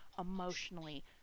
emotionally